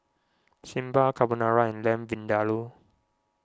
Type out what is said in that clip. Sambar Carbonara and Lamb Vindaloo